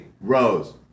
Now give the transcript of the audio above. Rose